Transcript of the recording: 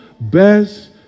best